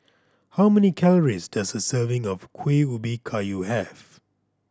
how many calories does a serving of Kuih Ubi Kayu have